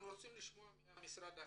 אנחנו רוצים לשמוע ממשרד החינוך.